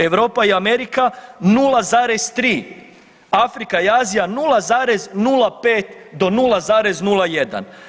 Europa i Amerika, 0,3, Afrika i Azija 0,05 do 0,01.